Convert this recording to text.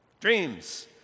Dreams